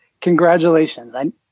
congratulations